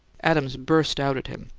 adams burst out at him.